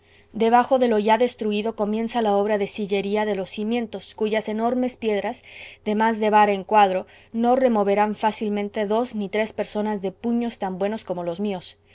debajo de lo ya destruido comienza la obra de sillería de los cimientos cuyas enormes piedras de más de vara en cuadro no removerán fácilmente dos ni tres personas de puños tan buenos como los míos